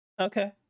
Okay